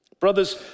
Brothers